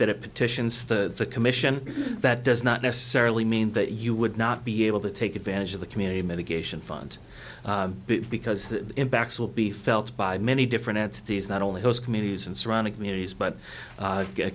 it petitions the commission that does not necessarily mean that you would not be able to take advantage of the community mitigation fund because the impacts will be felt by many different entities not only those communities and surrounding communities but